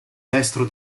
destro